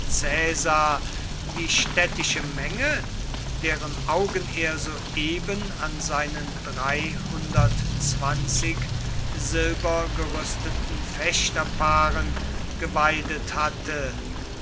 die städtische menge deren augen er soeben an seinen dreihundertzwanzig silbergerüsteten fechterpaaren geweidet hatte